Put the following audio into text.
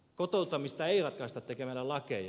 kotouttamista ei ratkaista tekemällä lakeja